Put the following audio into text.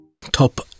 Top